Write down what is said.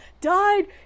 died